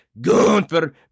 Gunther